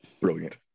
Brilliant